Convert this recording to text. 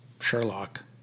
Sherlock